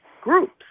groups